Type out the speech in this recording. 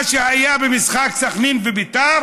מה שהיה במשחק סח'נין ובית"ר